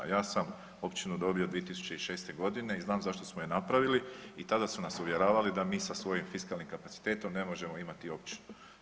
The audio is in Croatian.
Ja sam općinu dobio 2006.g. i znam zašto smo je napravili i tada su nas uvjeravali da mi sa svojim fiskalnim kapacitetom ne možemo imati općinu.